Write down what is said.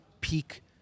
peak